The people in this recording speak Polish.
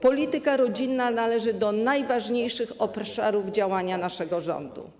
Polityka rodzinna należy do najważniejszych obszarów działania naszego rządu.